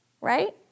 Right